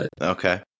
Okay